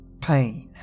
pain